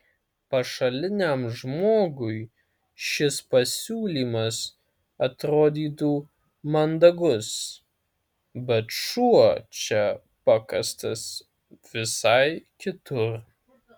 pašaliniam žmogui šis pasiūlymas atrodytų mandagus bet šuo čia pakastas visai kitur